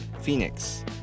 Phoenix